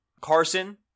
Carson